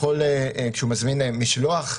כשהוא מזמין משלוח,